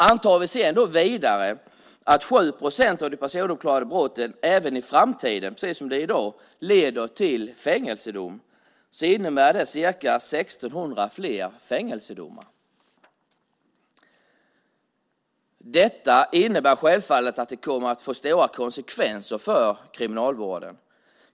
Antar vi vidare att 7 procent av de personuppklarade brotten även i framtiden leder till fängelsedom innebär det ca 1 600 fler fängelsedomar. Det innebär självfallet att detta kommer att få stora konsekvenser för kriminalvården.